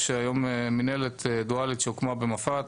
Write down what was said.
יש היום מנהלת דואלית שהוקמה במפא"ת